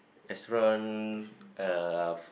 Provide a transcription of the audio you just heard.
restaurant uh